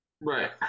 Right